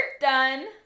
done